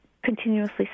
continuously